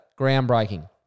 Groundbreaking